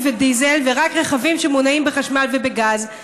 ודיזל אלא רק רכבים שמונעים בחשמל ובגז.